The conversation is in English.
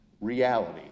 reality